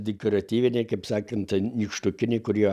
dekoratyviniai kaip sakant nykštukiniai kurie